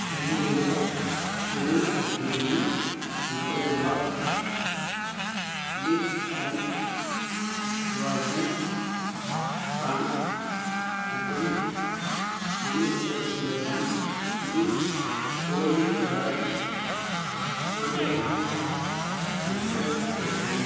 என்னுடைய பொருள் பட்டியலில் முப்பது box big Sam's frozen prawn மற்றும் ஐந்நூற்றி பத்து kilogram the gourmet jar wholegrain mustard சேர்க்கவும்